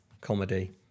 comedy